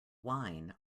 wine